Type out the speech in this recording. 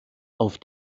auf